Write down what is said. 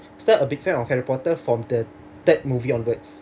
started a big fan of harry potter from the that movie onward